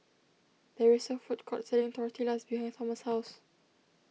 there is a food court selling Tortillas behind Thomas' house